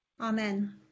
Amen